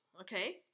okay